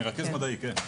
כן.